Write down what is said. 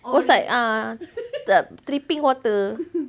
I was like ah the dripping water